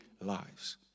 lives